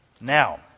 Now